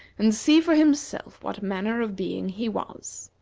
and see for himself what manner of being he was.